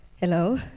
hello